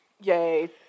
Yay